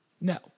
No